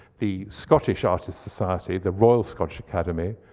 the scottish artist's society, the royal scottish academy,